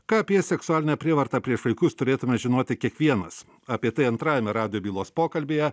ką apie seksualinę prievartą prieš vaikus turėtume žinoti kiekvienas apie tai antrajame radijo bylos pokalbyje